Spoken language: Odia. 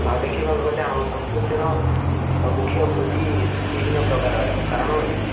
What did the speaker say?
ଆଉ ଦେଖିବାକୁ ଗଲେ ଆମ ସଂସ୍କୃତିର ମୁଖ୍ୟ ବୃତ୍ତି ବିଭିନ୍ନ ପ୍ରକାରର କାରଣ